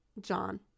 John